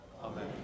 Amen